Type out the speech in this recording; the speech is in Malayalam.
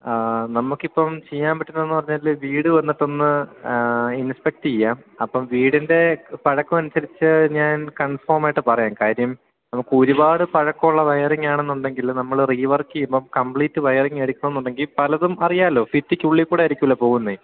ആഹ്ഹ് നമുക്ക് ഇപ്പം ചെയ്യാൻ പറ്റുന്നതെന്ന് പറഞ്ഞാല് വീട് വന്നിട്ട് ഒന്ന് ആഹ്ഹ ഇൻസ്പെക്റ്റ് ചെയ്യാം അപ്പം വീടിൻ്റെ പഴക്കം അനുസരിച്ചു ഞാൻ കൺഫോമായിട്ട് പറയാം കാര്യം നമുക്ക് ഒരുപാട് പഴക്കമുള്ള വയറിങ്ങാണെന്നുണ്ടെങ്കിൽ നമ്മള് റീവർക്ക് ചെയ്യുമ്പോള് കമ്പ്ലീറ്റ് വയറിങ് എടുക്കണമെന്നുണ്ടെങ്കില് പലതും അറിയാമല്ലോ ഭിത്തിക്കുള്ളില് കുടെയായിരിക്കുമല്ലോ പോകുന്നത്